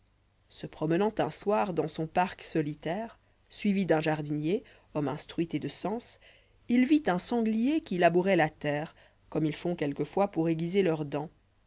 se promenant un soir dans son parc solitaire suivi d'un jardinier homme instruit et de sens il vit un sanglier qui labouroit la terre commç ils font quelquefois pour aiguiser leurs délits